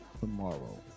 tomorrow